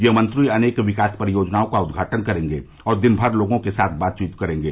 ये मंत्री अनेक विकास परियोजनाओं का उद्घाटन करेंगे और दिनमर लोगों के साथ बातचीत करेंगे